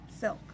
silk